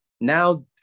Now